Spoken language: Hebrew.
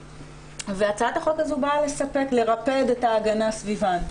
הצעת החוק הזו באה לרפד את ההגנה סביבן.